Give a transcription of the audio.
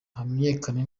hamenyekane